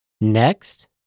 Next